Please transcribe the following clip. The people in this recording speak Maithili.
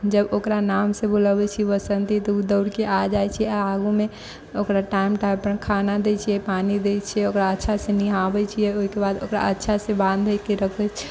जब ओकरा नाम से बुलअबै छी बसंती तऽ ओ दौड़के आ जाइ छै आ आगूमे ओकरा टाइम टाइम पर खाना दै छियै पानि दै छियै ओकरा अच्छा से निहाबै छियै ओहिके बाद ओकरा अच्छा से बाँधिके रखै छियै